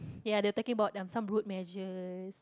ya they're talking about some road measures